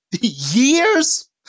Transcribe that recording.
Years